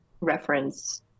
reference